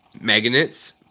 magnets